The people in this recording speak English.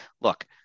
look –